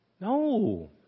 No